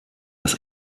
dass